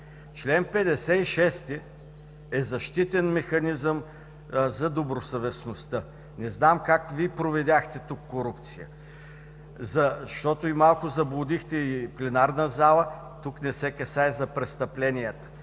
Член 56 е защитен механизъм за добросъвестността. Не знам как Вие провидяхте тук корупция, защото малко заблудихте и пленарната зала. Тук не се касае за престъпленията,